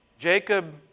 Jacob